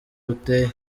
buteye